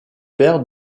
père